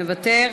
מוותר,